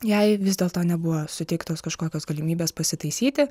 jai vis dėlto nebuvo suteiktos kažkokios galimybės pasitaisyti